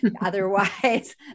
Otherwise